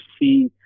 see